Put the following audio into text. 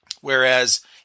Whereas